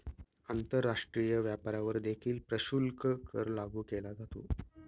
आंतरराष्ट्रीय व्यापारावर देखील प्रशुल्क कर लागू केला जातो